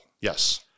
Yes